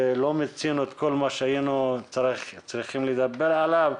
לא מיצינו את כל מה שהיינו צריכים לדבר עליו,